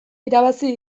irabazi